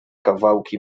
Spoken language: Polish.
kawałki